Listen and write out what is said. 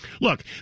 Look